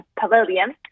Pavilion